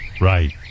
right